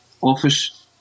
office